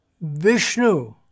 vishnu